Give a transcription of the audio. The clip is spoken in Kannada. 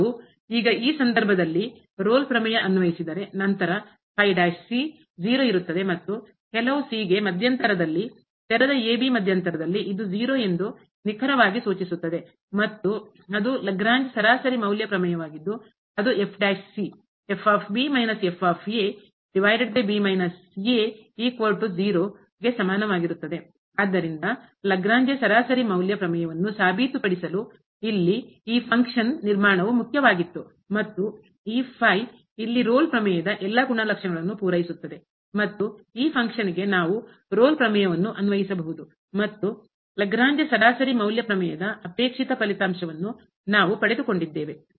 ನಾವು ಈಗ ಈ ಸಂದರ್ಭದಲ್ಲಿ Rolle ರೋಲ್ಸ್ ಪ್ರಮೇಯ ಅನ್ವಯಿಸಿದರೆ ನಂತರ ಇರುತ್ತದೆ ಮತ್ತು ಕೆಲವು ಗೆ ಮಧ್ಯಂತರದಲ್ಲಿ ತೆರೆದ ಮಧ್ಯಂತರದಲ್ಲಿ ಇದು ನಿಖರವಾಗಿ ಸೂಚಿಸುತ್ತದೆ ಮತ್ತು ಮತ್ತು ಅದು ಲಾಗ್ರೇಂಜ್ ಸರಾಸರಿ ಮೌಲ್ಯ ಪ್ರಮೇಯವಾಗಿದ್ದು ಅದು ಆದ್ದರಿಂದ ಲಾಗ್ರೇಂಜ್ ಸರಾಸರಿ ಮೌಲ್ಯ ಪ್ರಮೇಯವನ್ನು ಸಾಬೀತುಪಡಿಸಲು ಇಲ್ಲಿ ಈ ಫಂಕ್ಷನ್ನ ಕಾರ್ಯದ ನಿರ್ಮಾಣವು ಮುಖ್ಯವಾಗಿತ್ತು ಮತ್ತು ಈ ಇಲ್ಲಿ ರೋಲ್ ಪ್ರಮೇಯದ ಎಲ್ಲಾ ಗುಣಲಕ್ಷಣಗಳನ್ನು ಪೂರೈಸುತ್ತದೆ ಮತ್ತು ಈ ಫಂಕ್ಷನ್ ಗೆ ಕಾರ್ಯಕ್ಕೆ ನಾವು ರೋಲ್ ಪ್ರಮೇಯವನ್ನು ಅನ್ವಯಿಸಬಹುದು ಮತ್ತು ಲಾಗ್ರೇಂಜ್ ಸರಾಸರಿ ಮೌಲ್ಯ ಪ್ರಮೇಯದ ಅಪೇಕ್ಷಿತ ಫಲಿತಾಂಶವನ್ನು ನಾವು ಪಡೆದುಕೊಂಡಿದ್ದೇವೆ